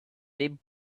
deep